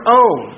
own